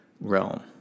realm